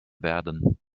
werden